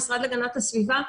המשרד להגנת הסביבה,